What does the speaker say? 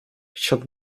siada